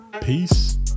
peace